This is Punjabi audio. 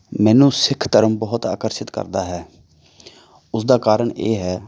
ਮੈਨੂੰ ਸਿੱਖ ਧਰਮ ਬਹੁਤ ਆਕਰਸ਼ਿਤ ਕਰਦਾ ਹੈ ਉਸਦਾ ਕਾਰਨ ਇਹ ਹੈ